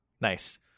Nice